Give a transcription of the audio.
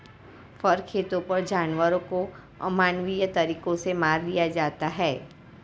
फर खेतों पर जानवरों को अमानवीय तरीकों से मार दिया जाता है